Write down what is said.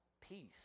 peace